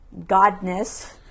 godness